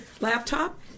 laptop